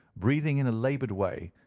breathing in a laboured way,